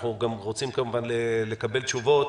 אנחנו רוצים כמובן לקבל תשובות.